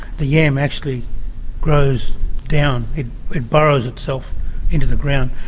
the yam actually grows down, it it burrows itself into the ground,